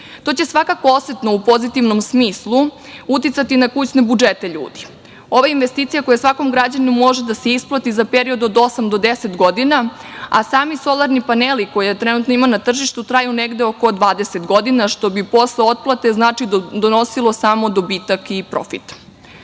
će to svakako u pozitivnom smislu osetno uticati na kućne budžete ljudi. Ovo je investicija koja svakom građaninu može da se isplati za period od osam do deset godina, a sami solarni paneli kojih trenutno ima na tržištu traju negde oko 20 godina, što bi posle otplate donosilo samo dobitak i